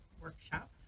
workshop